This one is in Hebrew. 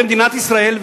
במדינת ישראל,